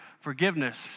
forgiveness